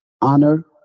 honor